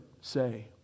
say